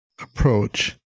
approach